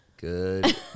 Good